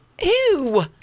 Ew